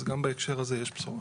אז גם בהקשר הזה יש בשורה.